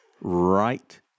right